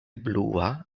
blua